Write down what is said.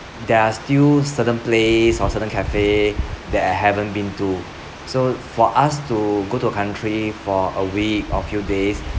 there are still certain place or certain cafe that I haven't been to so for us to go to a country for a week or a few days